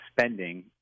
spending